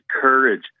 courage